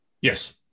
Yes